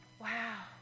Wow